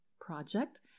project